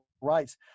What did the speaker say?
rights